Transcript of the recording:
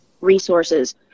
resources